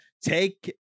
take